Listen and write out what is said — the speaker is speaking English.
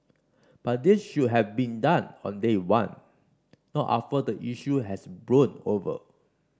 but this should have been done on day one not after the issue has blown over